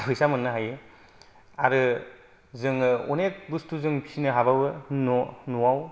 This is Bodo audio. फैसा मोननो हायो आरो जोङो अनेख बुसथु जों फिसिनो हाबावो न'आव